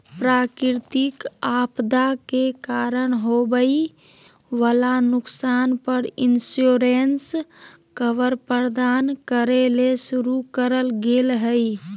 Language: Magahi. प्राकृतिक आपदा के कारण होवई वला नुकसान पर इंश्योरेंस कवर प्रदान करे ले शुरू करल गेल हई